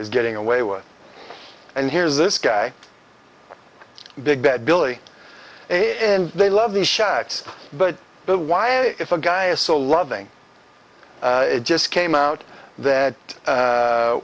is getting away with and here's this guy big bed billy and they love these shots but but why if a guy is so loving it just came out that